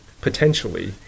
potentially